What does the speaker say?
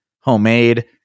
homemade